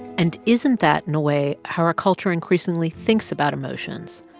and isn't that in a way how our culture increasingly thinks about emotions?